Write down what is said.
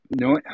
no